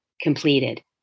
completed